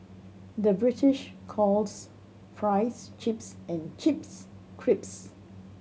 the British calls fries chips and chips crisps